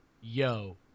yo